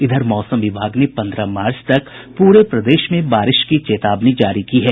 इधर मौसम विभाग ने पन्द्रह मार्च तक पूरे प्रदेश में बारिश की चेतावनी जारी की है